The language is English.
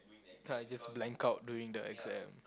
I just blank out during the exam